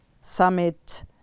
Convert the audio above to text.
summit